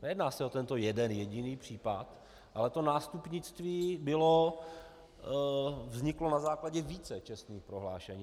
Nejedná se o tento jeden jediný případ, ale to nástupnictví vzniklo na základě více čestných prohlášení.